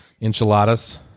enchiladas